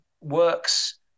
works